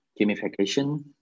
gamification